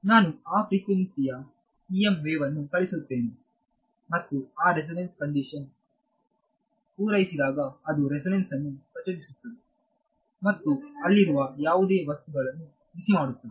ನಾನು ಆ ಫ್ರಿಕ್ವೆನ್ಸಿ ಯ EM ವೇವ್ವನ್ನು ಕಳುಹಿಸುತ್ತೇನೆ ಮತ್ತು ಆ ರೆಸೊನೆನ್ಸ್ನ ಕಂಡೀಶನ್ ಪೂರೈಸಿದಾಗ ಅದು ರೆಸೊನೆನ್ಸ್ನನ್ನು ಪ್ರಚೋದಿಸುತ್ತದೆ ಮತ್ತು ಅಲ್ಲಿರುವ ಯಾವುದೇ ವಸ್ತುವನ್ನು ಬಿಸಿ ಮಾಡುತ್ತದೆ